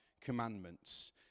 commandments